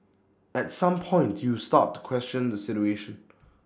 at some point you start to question the situation